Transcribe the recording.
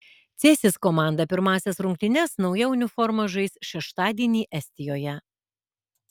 cėsis komanda pirmąsias rungtynes nauja uniforma žais šeštadienį estijoje